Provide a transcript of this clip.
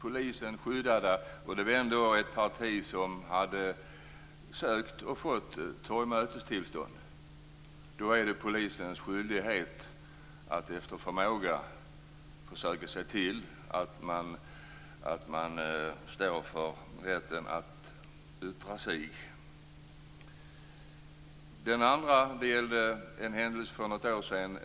Det var ändå ett parti som hade sökt och fått torgmötestillstånd, och då är det polisens skyldighet att efter förmåga försöka värna om rätten att yttra sig. En annan händelse skedde för något år sedan.